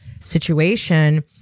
situation